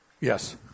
Yes